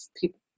people